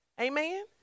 Amen